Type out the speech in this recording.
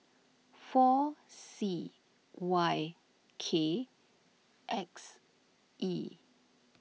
four C Y K X E